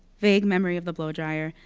vague memory of the blow dryer.